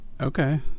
Okay